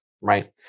right